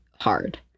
hard